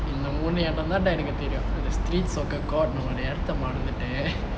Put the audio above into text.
in the morning தான்டா எனக்கு தெரியும்:thaanda enakku theriyum the street soccer court அந்த எடத்த மரந்துட்டு:antha edatha maranthuttu